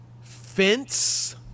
Fence